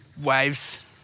waves